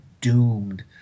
doomed